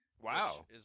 Wow